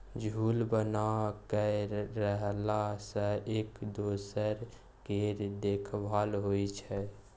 झूंड बना कय रहला सँ एक दोसर केर देखभाल होइ छै